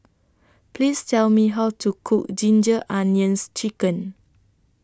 Please Tell Me How to Cook Ginger Onions Chicken